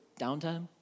downtime